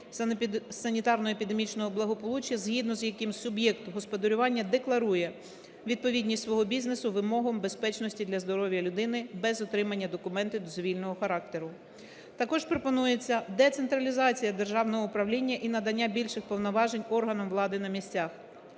санітарно-епідемічного благополуччя, згідно з яким суб'єкт господарювання декларує відповідність свого бізнесу вимогам безпечності для здоров'я людини без отримання документів дозвільного характеру. Також пропонується децентралізація державного управління і надання більших повноважень органам влади на місцях.